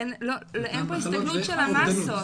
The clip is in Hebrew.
אין פה הסתכלות של המאסות.